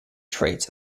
traits